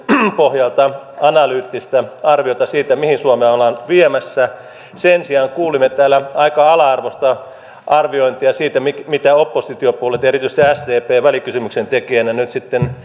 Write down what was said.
pohjalta analyyttista arviota siitä mihin suomea ollaan viemässä sen sijaan kuulimme täällä aika ala arvoista arviointia siitä mitä oppositiopuolueet ja erityisesti sdp välikysymyksen tekijänä nyt sitten